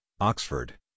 Oxford